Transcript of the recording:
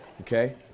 Okay